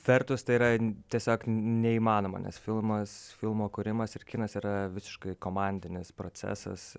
vertus tai yra tiesiog neįmanoma nes filmas filmo kūrimas ir kinas yra visiškai komandinis procesas